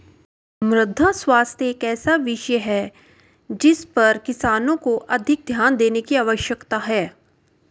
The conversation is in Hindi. मृदा स्वास्थ्य एक ऐसा विषय है जिस पर किसानों को अधिक ध्यान देने की आवश्यकता है